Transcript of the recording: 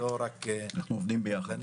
אנחנו עובדים ביחד.